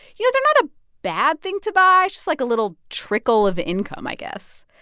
you know, they're not a bad thing to buy, just like a little trickle of income, i guess.